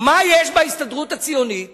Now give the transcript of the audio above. מה יש בהסתדרות הציונית